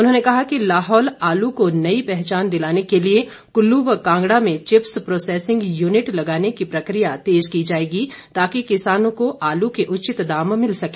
उन्होंने कहा कि लाहौल आलू को नई पहचान दिलाने के लिए कुल्लू व कांगड़ा में चिप्स प्रोसेसिंग यूनिट लगाने की प्रक्रिया तेज की जाएगी ताकि किसानों को आलू के उचित दाम भिल सके